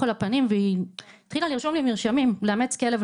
על הפנים והיא התחילה לרשום לי מרשמים לאמץ כלב,